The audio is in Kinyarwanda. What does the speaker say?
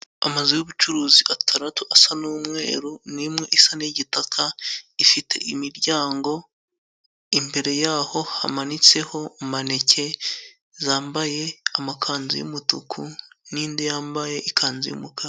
Amazu y'ubucuruzi gatandatu asa n'umweru n'imwe isa n'igitaka. Ifite imiryango imbere yaho hamanitseho maneke zambaye amakanzu, y'umutuku n'indi yambaye ikanzu y'umukara.